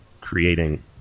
creating